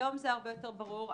היום זה הרבה יותר ברור.